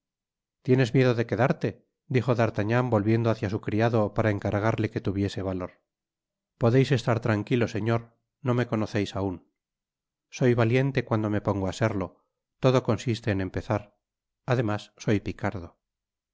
tienes miedo ae quedarte dijo d'artagnan volviendo hacia su criado para encargarle que tuviese valor podeis estar tranquilo señor no me conoceis aun soy valiente cuando me pongo á serlo todo consiste en empezar además soy picardo